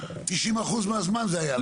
90% מהזמן זה היה.